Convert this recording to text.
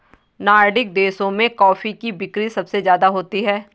Nordic देशों में coffee की बिक्री सबसे ज्यादा होती है